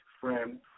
friend